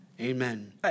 Amen